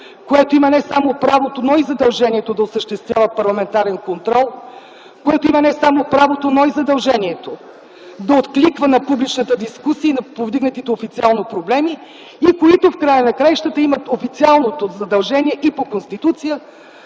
което има не само правото, но и задължението да осъществява парламентарен контрол, което има не само правото, но и задължението да откликва на публичната дискусия на повдигнатите официално проблеми и които в края на краищата имат официалното задължение и по Конституция